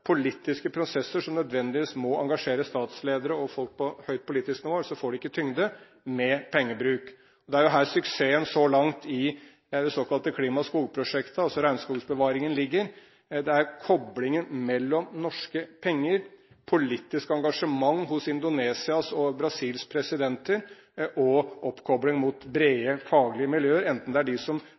politiske prosesser som nødvendigvis må engasjere statsledere og folk på høyt politisk nivå, ellers får vi ikke tyngde, med pengebruk. Det er her suksessen så langt i det såkalte klima-/skogprosjektet, altså regnskogsbevaringen, ligger. Det er koblingen mellom norske penger og politisk engasjement hos Indonesias og Brasils presidenter, oppkobling mot brede, faglige miljøer, enten det er de som